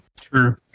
True